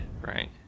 right